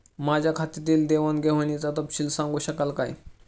माझ्या खात्यातील देवाणघेवाणीचा तपशील सांगू शकाल काय?